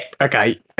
okay